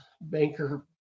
banker